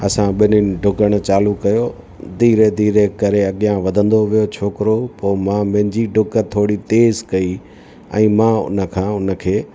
असां ॿिन्हनि डुकणु चालू कयो धीरे धीरे करे अॻियां वधंदो वियो छोकिरो पोइ मां मुंहिंजी डुक थोरी तेज़ु कई ऐं मां उन खां उन खे